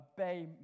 obey